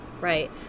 right